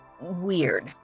weird